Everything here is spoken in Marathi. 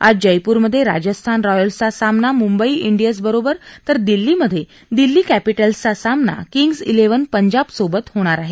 आज जयपूरमधे राजस्थान रॉयल्सचा सामना मुंबई डियन्स बरोबर तर दिल्लीमधे दिल्ली कॅपिटल्सचा सामना किंग्ज तिव्हन पंजाब बरोबर होणार आहे